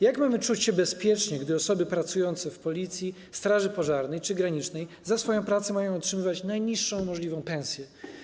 Jak mamy czuć się bezpiecznie, gdy osoby pracujące w Policji, Straży Pożarnej czy Granicznej za swoją pracę mają otrzymywać najniższą możliwą pensję?